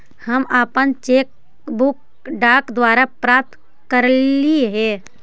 हम अपन cheque book डाक द्वारा प्राप्त कईली हे